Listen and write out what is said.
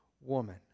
woman